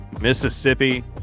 Mississippi